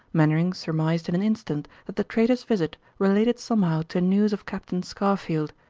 mainwaring surmised in an instant that the trader's visit related somehow to news of captain scarfield,